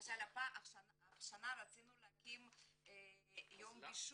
למשל השנה רצינו להקים יום בישול.